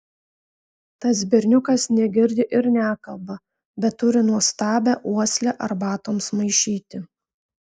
tas berniukas negirdi ir nekalba bet turi nuostabią uoslę arbatoms maišyti